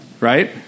right